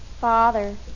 Father